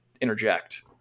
interject